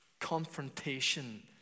confrontation